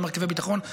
למרכיבי ביטחון.